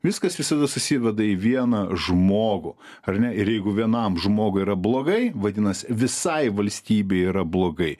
viskas visada susiveda į vieną žmogų ar ne ir jeigu vienam žmogui yra blogai vadinasi visai valstybei yra blogai